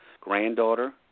granddaughter